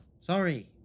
Sorry